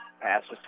Passes